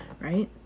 right